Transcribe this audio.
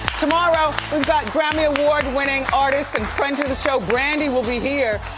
tomorrow, we've got grammy award winning artist and friend to the show brandi will be here.